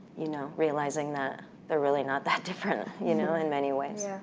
you know, realizing that they're really not that different you know in many ways,